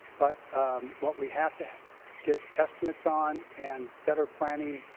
but what we have to get estimates on and better planning